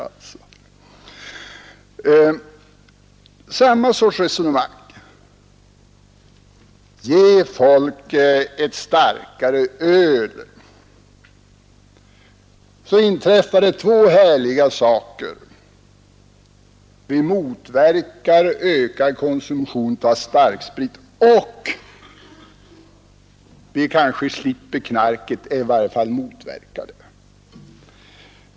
Man förde samma sorts resonemang: ge folk ett starkare öl, så inträffar två härliga saker — vi motverkar ökad konsumtion av starksprit, och vi kanske slipper, eller i varje fall motverkar, bruket av knark.